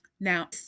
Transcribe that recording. Now